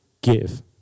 give